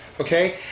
okay